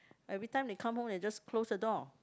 every time they come home they just close the door